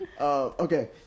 okay